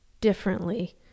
differently